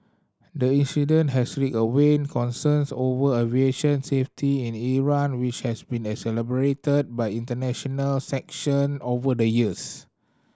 the incident has reawakened concerns over aviation safety in Iran which has been exacerbated by international sanction over the years